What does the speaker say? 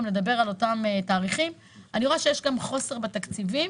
לדבר על אותם תאריכים אני רואה שיש גם חוסר בתקציבים,